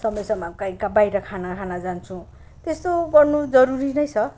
समय समयमा कहीँ बाहिर खाना खान जान्छौँ त्यस्तो गर्नु जरुरी नै छ